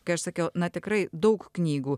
kai aš sakiau na tikrai daug knygų